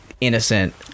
innocent